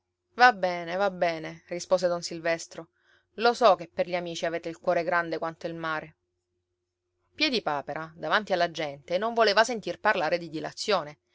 va bene va bene rispose don silvestro lo so che per gli amici avete il cuore grande quanto il mare piedipapera davanti alla gente non voleva sentir parlare di dilazione